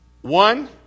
one